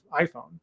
iphone